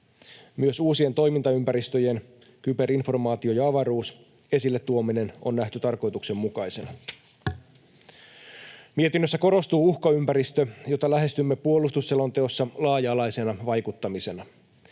Myös uusien toimintaympäristöjen — kyber-, informaatio- ja avaruustoimintaympäristöjen — esille tuominen on nähty tarkoituksenmukaisena. Mietinnössä korostuu uhkaympäristö, jota lähestymme puolustusselonteossa laaja-alaisena vaikuttamisena.